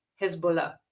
Hezbollah